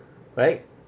right